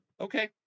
Okay